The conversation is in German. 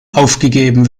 aufgegeben